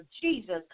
Jesus